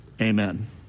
Amen